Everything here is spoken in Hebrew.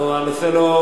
אנחנו לא מוסיפים